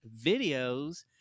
videos